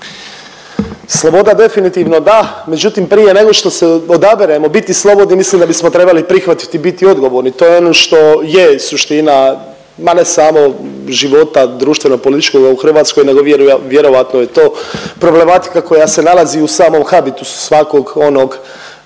Sloboda definitivno da, međutim prije nego što se odaberemo biti slobodni mislim da bismo trebali prihvatiti biti odgovorni, to je ono što je suština ma ne samo života društveno-političkoga u Hrvatskoj, nego vjerojatno je to problematika koja se nalazi u samom habitusu svakog onog